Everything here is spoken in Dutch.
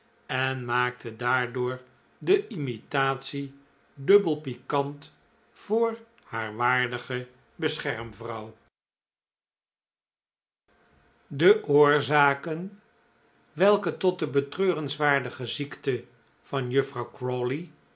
en maakte daardoor de imitatie dubbel pikant voor haar waardige beschermvrouw de oorzaken welke tot de betreurenswaardige ziekte van juffrouw